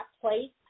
place